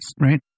right